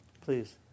Please